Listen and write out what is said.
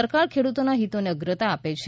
સરકાર ખેડૂતોના હિતોને અગ્રતા આપે છે